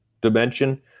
dimension